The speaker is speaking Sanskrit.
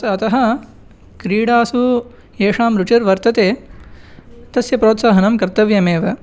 अतः क्रीडासु येषां रुचिर्वर्तते तस्य प्रोत्साहनं कर्तव्यमेव